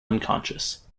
unconscious